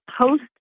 post